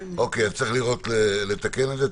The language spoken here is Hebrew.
אוקיי, צריך לתקן את זה.